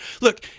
look